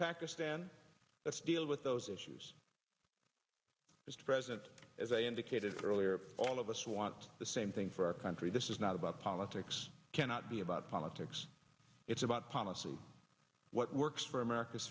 pakistan let's deal with those issues mr president as i indicated earlier all of us want the same thing for our country this is not about politics cannot be about politics it's about policy what works for america's